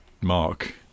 Mark